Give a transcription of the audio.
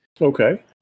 Okay